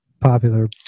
popular